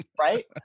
Right